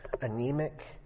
anemic